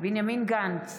בנימין גנץ,